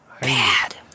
Bad